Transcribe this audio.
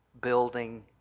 building